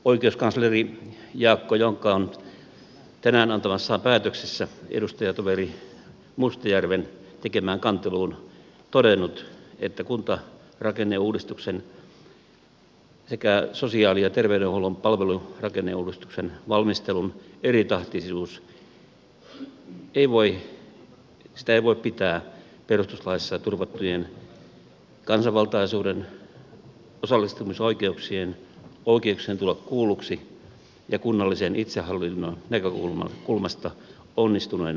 oikeuskansleri jaakko jonkka on tänään antamassaan päätöksessä edustajatoveri mustajärven tekemään kanteluun todennut että kuntarakenneuudistuksen sekä sosiaali ja terveydenhuollon palvelurakenneuudistuksen valmistelun eritahtisuutta ei voi pitää perustuslaissa turvattujen kansanvaltaisuuden osallistumisoikeuksien oikeuksien tulla kuulluksi ja kunnallisen itsehallinnon näkökulmasta onnistuneena ratkaisuna